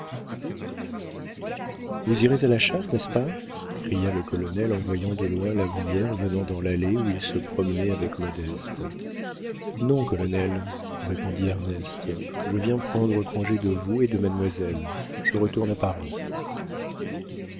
vous irez à la chasse n'est-ce pas cria le colonel en voyant de loin la brière venant dans l'allée où il se promenait avec modeste non colonel répondit ernest je viens prendre congé de vous et de mademoiselle je retourne à paris